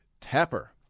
Tapper